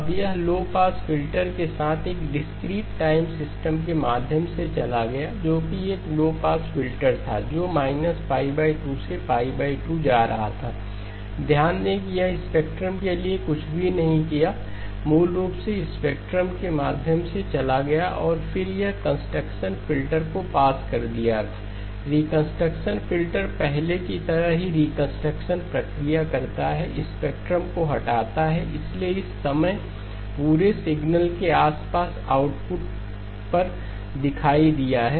अब यह low pass filter के साथ एक डिस्क्रीट टाइम सिस्टम के माध्यम से चला गया जो कि एक लो पास फिल्टर था जो 2से 2 जा रहा था ध्यान दें कि यह स्पेक्ट्रम के लिए कुछ भी नहीं किया मूल रूप से स्पेक्ट्रम के माध्यम से चला गया और फिर यह कंस्ट्रक्शन फिल्टर को पास कर दिया रिकंस्ट्रक्शन फ़िल्टर पहले की तरह ही रिकंस्ट्रक्शन प्रक्रिया करता है स्पेक्ट्रम को हटाता है इसलिए इस समय पूरे सिग्नल के आसपास आउटपुट पर दिखाई दिया है